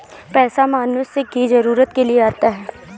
पैसा मनुष्य की जरूरत के लिए आता है